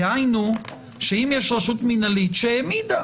דהיינו, אם יש רשות מנהלית שהעמידה